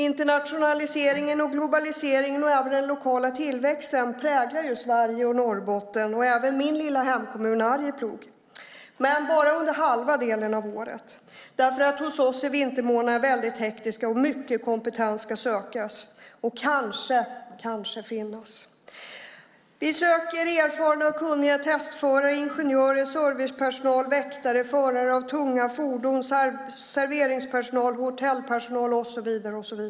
Internationaliseringen och globaliseringen och även den lokala tillväxten präglar Sverige och Norrbotten och även min lilla hemkommun Arjeplog, men bara under halva delen av året. Hos oss är nämligen vintermånaderna väldigt hektiska. Mycket kompetens ska sökas och kanske finnas. Vi söker erfarna och kunniga testförare, ingenjörer, servicepersonal, väktare, förare av tunga fordon, serveringspersonal, hotellpersonal och så vidare.